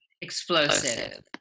explosive